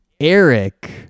Eric